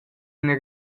ina